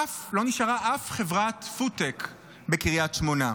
אף חברת פודטק בקריית שמונה.